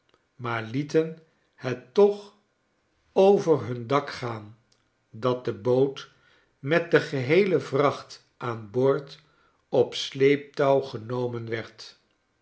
maar lieten het toch over hun dak gaan dat de boot met de geheele vracht aan boord op sleeptouw genomen werd